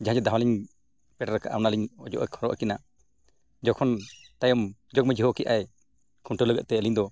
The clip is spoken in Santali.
ᱡᱟᱦᱟᱸ ᱫᱷᱟᱶᱟ ᱞᱤᱧ ᱯᱮᱴᱮᱨ ᱠᱟᱫᱟ ᱚᱱᱟ ᱞᱤᱧ ᱚᱡᱚᱜ ᱦᱚᱨᱚᱜ ᱟᱹᱠᱤᱱᱟ ᱡᱚᱠᱷᱚᱱ ᱛᱟᱭᱚᱢ ᱡᱚᱜᱽᱼᱢᱟᱺᱡᱷᱤ ᱦᱚᱦᱚ ᱠᱮᱫᱼᱟᱭ ᱠᱷᱩᱱᱴᱟᱹᱣ ᱞᱟᱹᱜᱤᱫᱛᱮ ᱟᱹᱞᱤᱧ ᱫᱚ